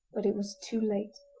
but it was too late.